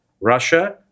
Russia